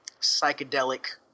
psychedelic